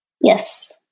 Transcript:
Yes